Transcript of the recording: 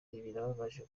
birababaje